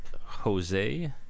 Jose